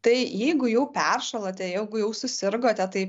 tai jeigu jau peršalote jeigu jau susirgote tai